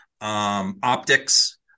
optics